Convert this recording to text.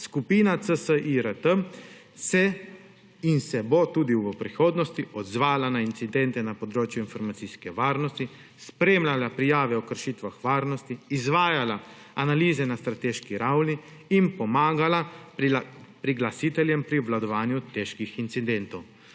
Skupina CSIRT se in se bo tudi v prihodnosti odzvala na incidente na področju informacijske varnosti, spremljala prijave o kršitvah varnosti, izvajala analize na strateški ravni in pomagala priglasiteljem pri obvladovanju težkih incidentov.